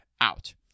out